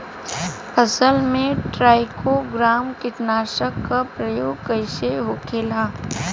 फसल पे trichogramma कीटनाशक के प्रयोग कइसे होखेला?